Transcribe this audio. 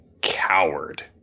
Coward